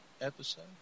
episode